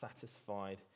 satisfied